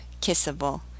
kissable